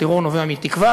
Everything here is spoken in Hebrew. הטרור נובע מתקווה,